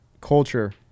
culture